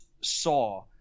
Saw